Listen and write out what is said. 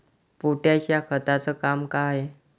Potash या खताचं काम का हाय?